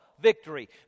victory